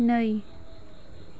नै